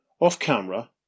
off-camera